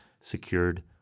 secured